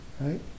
right